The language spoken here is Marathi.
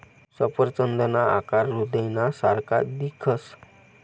सफरचंदना आकार हृदयना सारखा दिखस